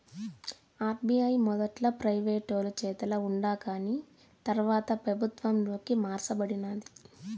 RBI మొదట్ల ప్రైవేటోలు చేతల ఉండాకాని తర్వాత పెబుత్వంలోకి మార్స బడినాది